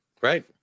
Right